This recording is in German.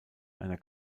einer